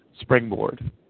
Springboard